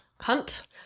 Cunt